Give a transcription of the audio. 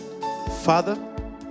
Father